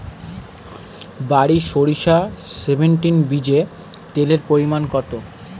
বারি সরিষা সেভেনটিন বীজে তেলের পরিমাণ কত?